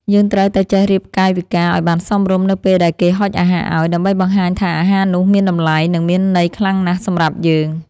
យើងត្រូវតែចេះរៀបកាយវិការឱ្យបានសមរម្យនៅពេលដែលគេហុចអាហារឱ្យ ដើម្បីបង្ហាញថាអាហារនោះមានតម្លៃ និងមានន័យខ្លាំងណាស់សម្រាប់យើង។